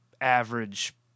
average